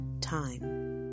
time